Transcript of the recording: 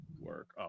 work